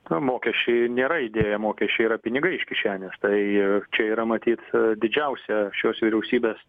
na mokesčiai nėra idėja mokesčiai yra pinigai iš kišenės tai čia yra matyt didžiausia šios vyriausybės